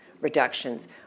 reductions